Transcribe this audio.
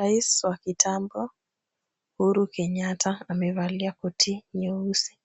Rais wa kitambo Uhuru Kenyatta amevalia koti nyeusi